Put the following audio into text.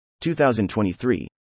2023